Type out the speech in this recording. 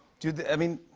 do they i mean,